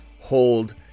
hold